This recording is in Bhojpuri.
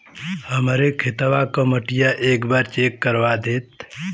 हमरे खेतवा क मटीया एक बार चेक करवा देत?